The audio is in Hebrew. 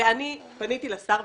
אז אני פניתי לשר,